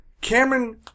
Cameron